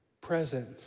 present